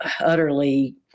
utterly